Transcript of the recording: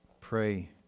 pray